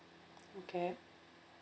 okay